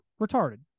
retarded